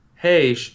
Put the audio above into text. hey